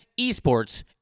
eSports